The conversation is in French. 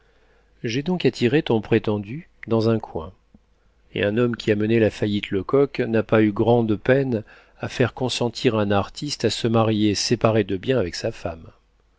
j'ai donc attiré ton prétendu dans un coin et un homme qui a mené la faillite lecoq n'a pas eu grande peine à faire consentir un artiste à se marier séparé de biens avec sa femme